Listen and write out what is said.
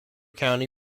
county